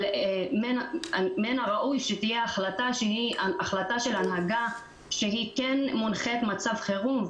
אבל מן הראוי שתהיה החלטת הנהגה שמונחית מצב חירום,